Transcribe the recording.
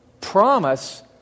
promise